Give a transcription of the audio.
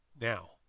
Now